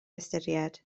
ystyried